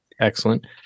Excellent